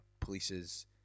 polices